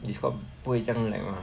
Discord 不会这样 lag mah